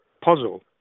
puzzle